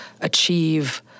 achieve